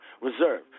Reserve